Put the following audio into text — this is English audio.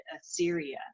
Assyria